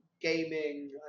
Gaming